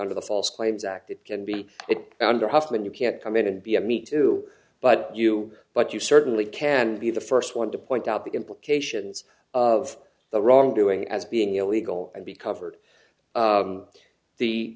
under the false claims act it can be it under huffman you can't come in and be a me too but you but you certainly can be the first one to point out the implications of the wrongdoing as being illegal and be covered